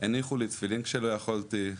הניחו לי תפילין כשלא יכולתי,